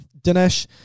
Dinesh